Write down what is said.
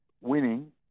winning